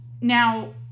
Now